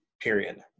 period